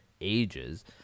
ages